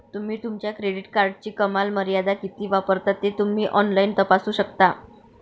तुम्ही तुमच्या क्रेडिट कार्डची कमाल मर्यादा किती वापरता ते तुम्ही ऑनलाइन तपासू शकता